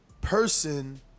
person